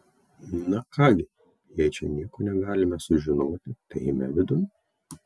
na ką gi jei čia nieko negalime sužinoti tai eime vidun